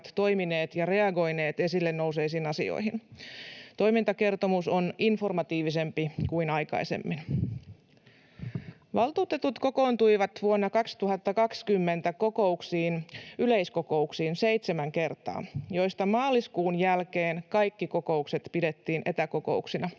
toimineet ja reagoineet esille nousseisiin asioihin. Toimintakertomus on informatiivisempi kuin aikaisemmin. Valtuutetut kokoontuivat vuonna 2020 seitsemän kertaa yleiskokouksiin, joista maaliskuun jälkeen kaikki kokoukset pidettiin etäkokouksina.